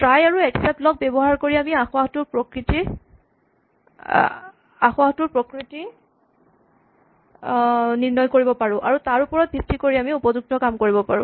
try আৰু except block ব্যৱহাৰ কৰি আমি আসোঁৱাহটোৰ প্ৰকৃতি নিৰ্ণয় কৰিব পাৰোঁ আৰু তাৰ ওপৰত ভিত্তি কৰি উপযুক্ত কাম কৰিব পাৰোঁ